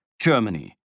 Germany